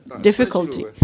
difficulty